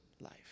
life